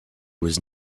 was